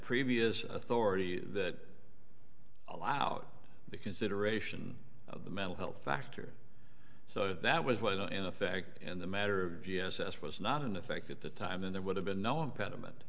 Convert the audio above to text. previous authority that allowed the consideration of the mental health factor so that was well in effect in the matter d s s was not in effect at the time and there would have been no impediment